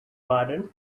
pardon